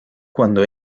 cuando